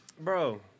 Bro